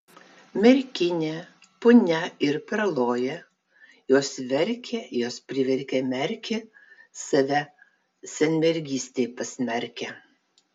merkinė punia ir perloja jos verkė jos priverkė merkį save senmergystei pasmerkę